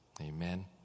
Amen